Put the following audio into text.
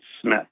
Smith